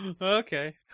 Okay